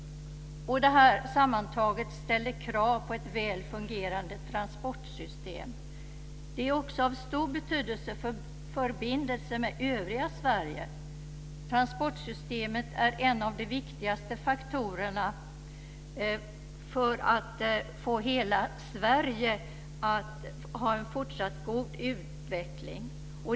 Detta sammantaget ställer krav på ett väl fungerande transportsystem. Det är också av stor betydelse för förbindelsen med övriga Sverige. Transportsystemet är en av de viktigaste faktorerna när det gäller en fortsatt god utveckling för hela Sverige.